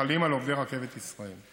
החלים על עובדי רכבת ישראל.